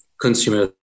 consumer